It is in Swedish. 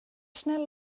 snäll